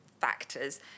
factors